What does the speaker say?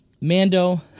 Mando